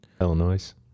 Illinois